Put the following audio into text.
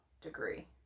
degree